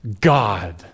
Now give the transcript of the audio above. God